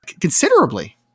considerably